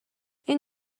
این